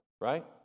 right